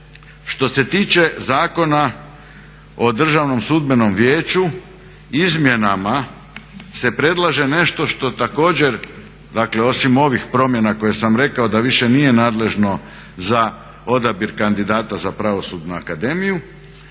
Što se tiče Zakona o Državnom sudbenom vijeću, izmjenama se predlaže nešto što također, dakle osim ovih promjena koje sam rekao da više nije nadležno za odabir kandidata za Pravosudnu akademiju